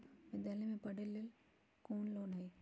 विद्यालय में पढ़े लेल कौनो लोन हई?